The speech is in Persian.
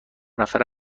نفره